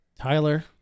Tyler